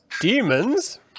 demons